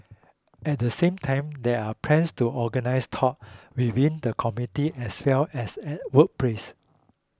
at the same time there are plans to organise talk within the community as well as at workplace